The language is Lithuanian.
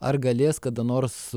ar galės kada nors